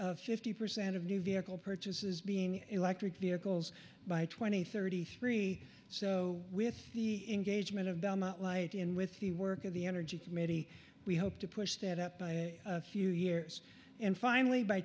of fifty percent of new vehicle purchases being electric vehicles by twenty thirty three so with the engagement of light and with the work of the energy committee we hope to push that up by a few years and finally by